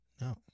No